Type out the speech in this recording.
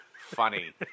funny